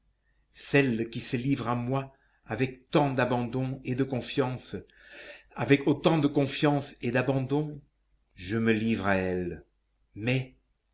celle qui se livre à moi avec tant d'abandon et de confiance avec autant de confiance et d'abandon je me livre à elle mais